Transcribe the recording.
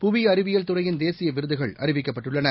புவிஅறிவியல் துறையின் தேசியவிருதுகள் அறிவிக்கப்பட்டுள்ளன